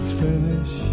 finish